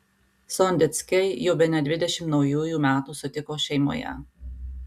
sondeckiai jau bene dvidešimt naujųjų metų sutiko šeimoje